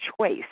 choice